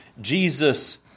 Jesus